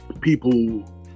people